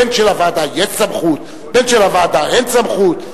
בין שלוועדה יש סמכות, בין שלוועדה אין סמכות.